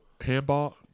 handball